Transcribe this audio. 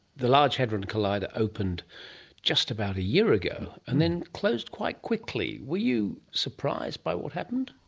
the large hadron collider opened just about a year ago and then closed quite quickly. were you surprised by what happened?